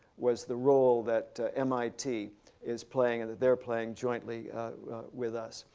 was the role that mit is playing and that they're playing jointly with us.